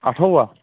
اَٹھووُہ ہا